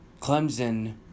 Clemson